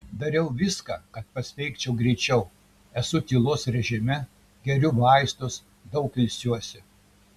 darau viską kad pasveikčiau greičiau esu tylos režime geriu vaistus daug ilsiuosi